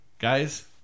guys